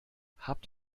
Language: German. habt